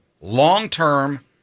long-term